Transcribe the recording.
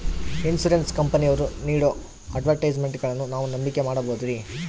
Insurance ಕಂಪನಿಯವರು ನೇಡೋ ಅಡ್ವರ್ಟೈಸ್ಮೆಂಟ್ಗಳನ್ನು ನಾವು ನಂಬಿಕೆ ಮಾಡಬಹುದ್ರಿ?